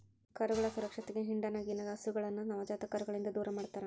ಕರುಗಳ ಸುರಕ್ಷತೆಗೆ ಹಿಂಡಿನಗಿನ ಹಸುಗಳನ್ನ ನವಜಾತ ಕರುಗಳಿಂದ ದೂರಮಾಡ್ತರಾ